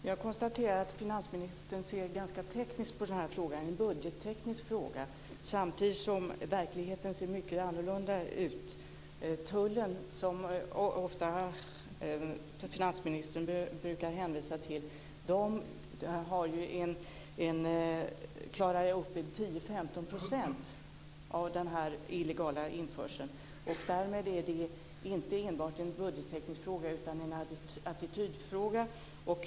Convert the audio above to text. Herr talman! Jag konstaterar att finansministern ser ganska tekniskt på den här frågan. Han ser det som en budgetteknisk fråga, samtidigt som verkligheten ser mycket annorlunda ut. Tullen, som finansministern ofta brukar hänvisa till, klarar upp 10-15 % av den illegala införseln. Därmed är detta inte enbart en budgetteknisk fråga utan en attitydfråga.